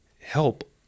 help